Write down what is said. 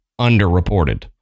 underreported